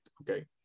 okay